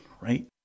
right